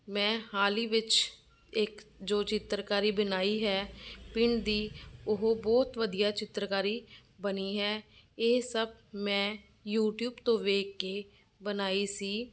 ਮੈਂ ਹਾਲ ਹੀ ਵਿੱਚ ਇੱਕ ਜੋ ਚਿੱਤਰਕਾਰੀ ਬਣਾਈ ਹੈ ਪਿੰਡ ਦੀ ਉਹ ਬਹੁਤ ਵਧੀਆ ਚਿੱਤਰਕਾਰੀ ਬਣੀ ਹੈ ਇਹ ਸਭ ਮੈਂ ਯੂਟਿਊਬ ਤੋਂ ਵੇਖ ਕੇ ਬਣਾਈ ਸੀ